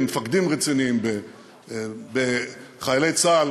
במפקדים רציניים ובחיילי צה"ל